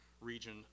region